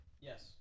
Yes